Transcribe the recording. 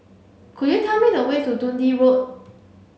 could you tell me the way to Dundee Road